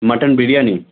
mutton biryani